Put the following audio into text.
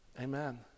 Amen